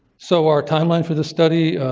so our timeline for this study,